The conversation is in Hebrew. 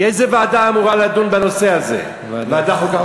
איזה ועדה אמורה לדון בנושא הזה, ועדת חוקה?